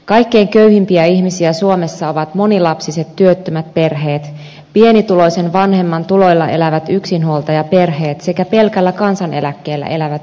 kaikkein köyhimpiä ihmisiä suomessa ovat monilapsiset työttömät perheet pienituloisen vanhemman tuloilla elävät yksinhuoltajaperheet sekä pelkällä kansaneläkkeellä elävät eläkeläiset